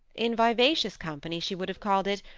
in vivacious company she would have called it,